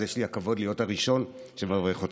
אז יש לי הכבוד להיות הראשון שמברך אותך.